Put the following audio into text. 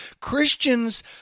Christians